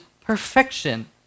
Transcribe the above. perfection